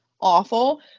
awful